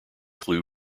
clue